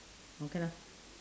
okay lah